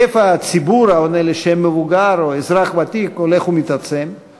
היקף הציבור העונה לשם "מבוגר" או "אזרח ותיק" הולך ומתעצם,